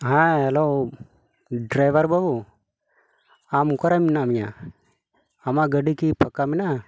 ᱦᱮᱸ hello driver ᱵᱟᱵᱩ ᱟᱢ ᱚᱠᱟᱨᱮ ᱢᱮᱱᱟᱜ ᱢᱮᱭᱟ ᱟᱢᱟᱜ ᱜᱟᱹᱰᱤ ᱠᱤ ᱯᱷᱟᱠᱟ ᱢᱮᱱᱟᱜᱼᱟ